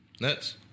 nuts